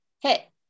Hey